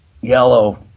yellow